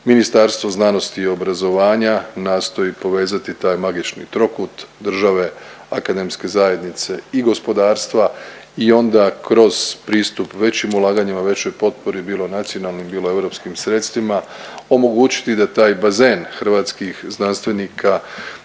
Ministarstvo znanosti i obrazovanja nastoji povezati taj magični trokut države, akademske zajednice i gospodarstva i onda kroz pristup većim ulaganjima, većoj potpori bilo nacionalnim, bilo europskim sredstvima, omogućiti da taj bazen hrvatskih znanstvenika